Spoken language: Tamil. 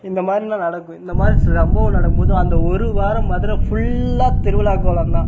இந்த மாதிரிலாம் நடக்கும் இந்தமாதிரி சம்பவம் நடக்கும் போது அந்த ஒரு வாரம் மதுரை ஃபுல்லாக திருவிழா கோலம்தான்